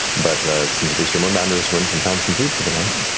but it seems at least your moorbounders went and found some food for the night.